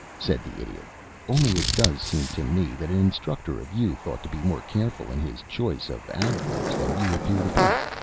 said the idiot only it does seem to me that an instructor of youth ought to be more careful in his choice of adverbs than you appear to be.